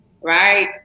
right